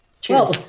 Cheers